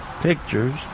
pictures